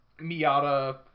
Miata